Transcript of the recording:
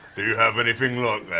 do you have anything